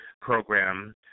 program